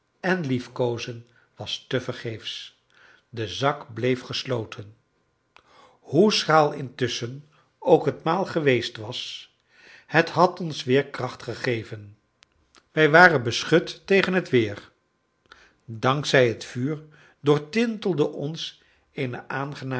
en liefkoozen was tevergeefs de zak bleef gesloten hoe schraal intusschen ook het maal geweest was het had ons weer kracht gegeven wij waren beschut tegen het weer dank zij het vuur doortintelde ons eene aangename